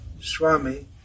Swami